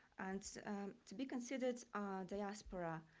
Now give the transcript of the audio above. and to be considered a diaspora,